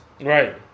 Right